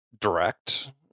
direct